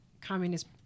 Communist